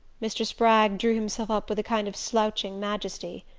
mr. spragg drew himself up with a kind of slouching majesty.